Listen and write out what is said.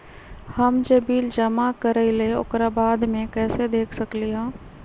हम जे बिल जमा करईले ओकरा बाद में कैसे देख सकलि ह?